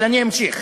אבל אני אמשיך.